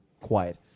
quiet